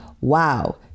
wow